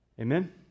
Amen